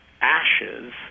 ashes